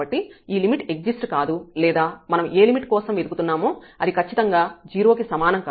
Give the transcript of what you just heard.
కాబట్టి ఈ limit exist కాదు లేదా మనం ఏ లిమిట్ కోసం వెదుకుతున్నామో అది ఖచ్చితంగా 0 కి సమానం కాదు